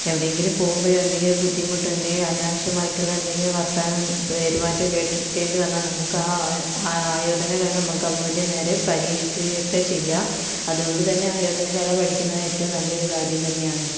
എവിടെയെങ്കിലും പോകുമ്പോഴോ എന്തെങ്കിലും ബുദ്ധിമുട്ടോ എന്തെങ്കിലും അനാവശ്യമായിട്ടുള്ള എന്തെങ്കിലും വർത്താനം പെരുമാറ്റമോ കേട്ട് കേൾക്കേണ്ടി വന്നാൽ നമുക്ക് ആ ആയോധനകല നമുക്ക് അവരുടെ നേരെ പരീക്ഷിക്കുകയും ഒക്കെ ചെയ്യാം അതുകൊണ്ടു തന്നെ ആയോധനകല പഠിക്കുന്നത് ഏറ്റവും നല്ലൊരു കാര്യം തന്നെയാണ്